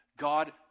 God